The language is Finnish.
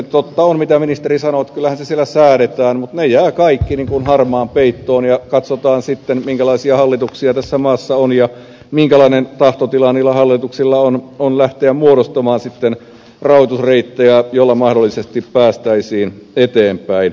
totta on mitä ministeri sanoi että kyllähän se siellä säädetään mutta ne jäävät kaikki harmaan peittoon ja katsotaan sitten minkälaisia hallituksia tässä maassa on ja minkälainen tahtotila niillä hallituksilla on lähteä muodostamaan rahoitusreittejä joilla mahdollisesti päästäisiin eteenpäin